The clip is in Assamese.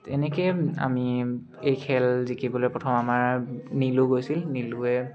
তেনেকৈ আমি এই খেল জিকিবলৈ প্ৰথম আমাৰ নীলু গৈছিল নীলুৱে